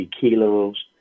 kilos